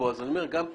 אז גם פה,